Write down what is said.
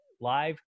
live